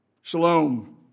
Shalom